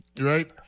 right